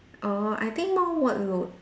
oh I think more workload